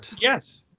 Yes